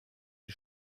die